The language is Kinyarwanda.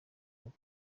kazi